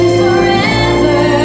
forever